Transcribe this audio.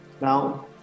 now